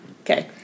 Okay